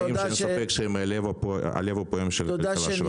שאין ספק שהם הלב הפועם של החברה שלנו.